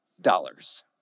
dollars